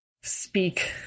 speak